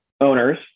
owners